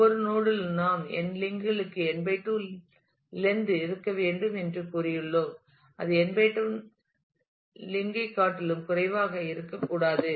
ஒவ்வொரு நோட் யிலும் நாம் n லிங்க் களுக்கு n 2 லென்த் இருக்க வேண்டும் என்று கூறியுள்ளோம் அது n 2 லிங்க் ஐ காட்டிலும் குறைவாக இருக்கக்கூடாது